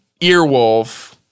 Earwolf